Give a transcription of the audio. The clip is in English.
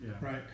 Right